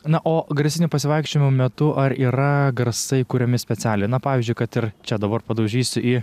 na o garsinių pasivaikščiojimų metu ar yra garsai kuriami specialiai na pavyzdžiui kad ir čia dabar padaužysiu į